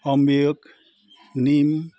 अमब्योक निम